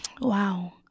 Wow